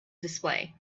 display